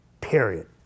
period